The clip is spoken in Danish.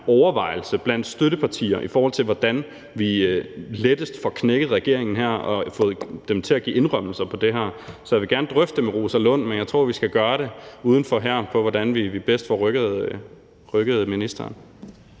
overvejelse blandt støttepartier, i forhold til hvordan vi lettest får knækket regeringen her og får dem til at give indrømmelser på det her område. Så jeg vil gerne drøfte det med Rosa Lund, men jeg tror, vi skal gøre det uden for salen, altså med hensyn til hvordan vi bedst får rykket ministeren.